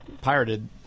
pirated